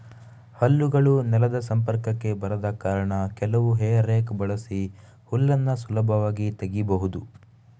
ಹಲ್ಲುಗಳು ನೆಲದ ಸಂಪರ್ಕಕ್ಕೆ ಬರದ ಕಾರಣ ಕೆಲವು ಹೇ ರೇಕ್ ಬಳಸಿ ಹುಲ್ಲನ್ನ ಸುಲಭವಾಗಿ ತೆಗೀಬಹುದು